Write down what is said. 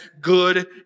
good